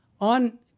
on